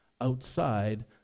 outside